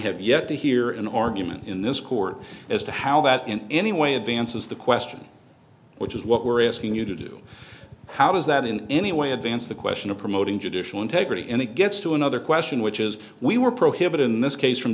have yet to hear an argument in this court as to how that in any way advances the question which is what we're asking you to do how does that in any way advance the question of promoting judicial integrity and it gets to another question which is we were prohibited in this case from